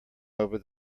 over